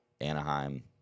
Anaheim